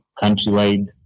countrywide